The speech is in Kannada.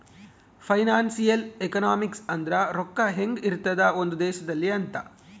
ಫೈನಾನ್ಸಿಯಲ್ ಎಕನಾಮಿಕ್ಸ್ ಅಂದ್ರ ರೊಕ್ಕ ಹೆಂಗ ಇರ್ತದ ಒಂದ್ ದೇಶದಲ್ಲಿ ಅಂತ